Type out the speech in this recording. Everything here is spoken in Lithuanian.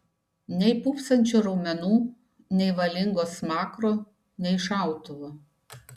nei pūpsančių raumenų nei valingo smakro nei šautuvo